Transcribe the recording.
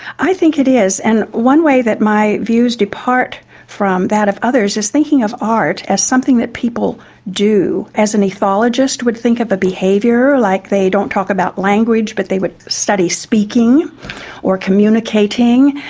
i think it is, and one way that my views depart from that of others is thinking of art as something that people do, as an ethologist would think of a behaviour, like they don't talk about language but they would study speaking or communicating,